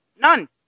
None